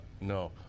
no